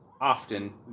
often